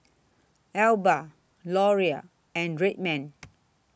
Alba Laurier and Red Man